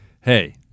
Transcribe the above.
hey